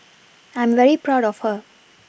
I'm very proud of her